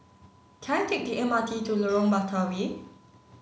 can I take the M R T to Lorong Batawi